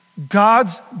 God's